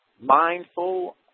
mindful